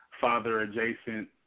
father-adjacent